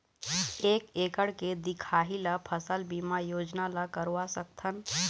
एक एकड़ के दिखाही ला फसल बीमा योजना ला करवा सकथन?